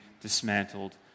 dismantled